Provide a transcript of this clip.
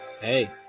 Hey